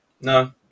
No